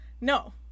No